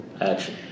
Action